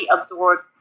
absorbed